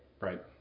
Right